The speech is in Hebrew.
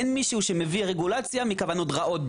אין מי שמביא רגולציה מכוונות רעות.